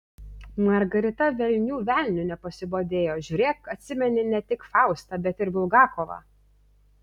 margarita velnių velniu nepasibodėjo žiūrėk atsimeni ne tik faustą bet ir bulgakovą